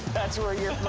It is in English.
that's where you